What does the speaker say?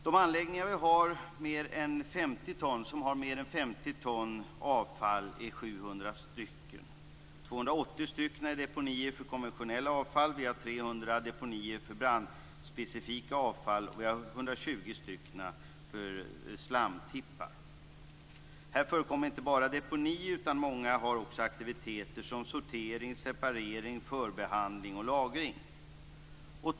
De anläggningar vi har som tar mer än 50 ton avfall är 700 stycken. 280 stycken är deponier för konventionellt avfall. Vi har 300 deponier för brandspecifikt avfall och 120 stycken slamtippar. Här förekommer inte bara deponi, utan många har också aktiviteter som sortering, separering, förbehandling och lagring.